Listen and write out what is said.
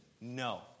No